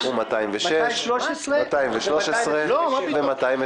מספר 125,126,129,163,193,204,206,213,